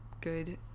Good